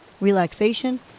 relaxation